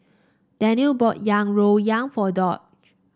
Derald bought yang rou yang for Doc